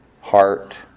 heart